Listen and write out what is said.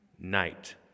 night